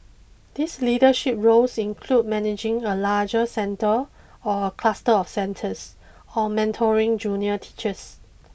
these leadership roles include managing a larger centre or a cluster of centres or mentoring junior teachers